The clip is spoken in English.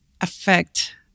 affect